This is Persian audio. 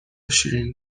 شیرین